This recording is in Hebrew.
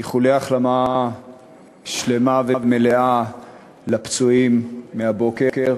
איחולי החלמה שלמה ומלאה לפצועים מהבוקר.